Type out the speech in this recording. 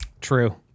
True